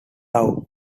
town